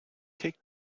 take